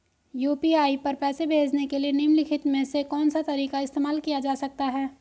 UPI पर पैसे भेजने के लिए निम्नलिखित में से कौन सा तरीका इस्तेमाल किया जा सकता है?